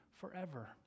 Forever